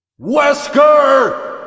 Wesker